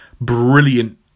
brilliant